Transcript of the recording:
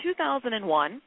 2001